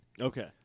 Okay